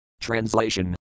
Translation